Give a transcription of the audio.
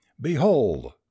Behold